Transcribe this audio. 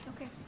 okay